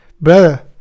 Brother